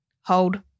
hold